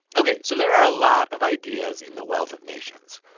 ok, so there are a lot of ideas in the wealth of nations,